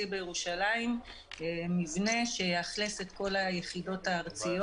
בירושלים מבנה שיאכלס את כל היחידות הארציות,